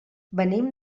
venim